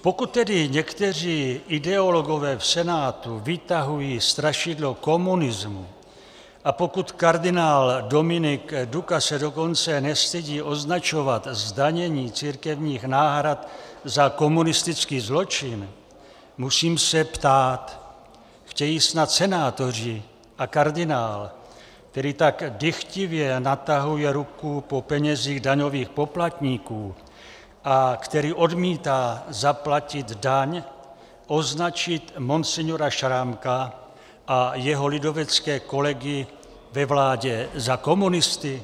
Pokud tedy někteří ideologové v Senátu vytahují strašidlo komunismu a pokud kardinál Dominik Duka se dokonce nestydí označovat zdanění církevních náhrad za komunistický zločin, musím se ptát: Chtějí snad senátoři a kardinál, který tak dychtivě natahuje ruku po penězích daňových poplatníků a který odmítá zaplatit daň, označit monsignora Šrámka a jeho lidovecké kolegy ve vládě za komunisty?